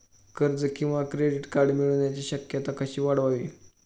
कर्ज किंवा credit card मिळण्याची शक्यता कशी वाढवावी?